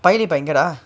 pai lepak எங்கடா:enggadaa